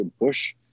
Bush